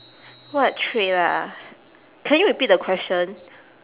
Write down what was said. what trait ah can you repeat the question